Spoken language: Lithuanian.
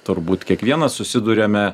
turbūt kiekvienas susiduriame